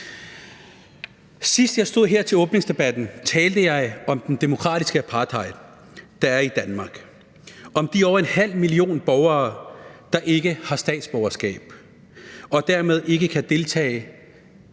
Sidst jeg stod her – det var ved åbningsdebatten – talte jeg om den demokratiske apartheid, der er i Danmark, og om de over en halv million borgere, der ikke har statsborgerskab og dermed ikke kan deltage